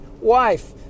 wife